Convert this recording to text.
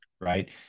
Right